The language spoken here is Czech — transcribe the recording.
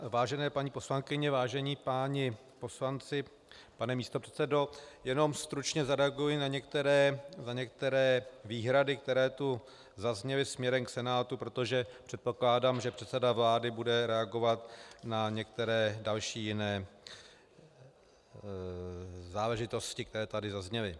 Vážené paní poslankyně, vážení páni poslanci, pane místopředsedo, jenom stručně zareaguji na některé výhrady, které tu zazněly směrem k Senátu, protože předpokládám, že předseda vlády bude reagovat na některé další jiné záležitosti, které tady zazněly.